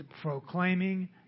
proclaiming